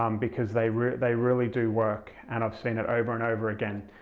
um because they really they really do work, and i've seen it over and over again.